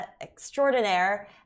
extraordinaire